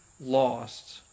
lost